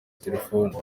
telefone